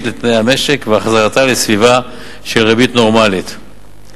לתנאי המשק והחזרתה לסביבה של ריבית "נורמלית",